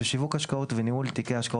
בשיווק השקעות ובניהול תיקי השקעות,